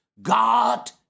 God